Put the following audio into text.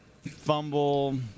fumble